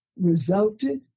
resulted